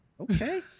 okay